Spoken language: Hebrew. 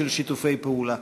של שיתופי פעולה.